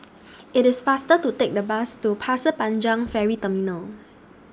IT IS faster to Take The Bus to Pasir Panjang Ferry Terminal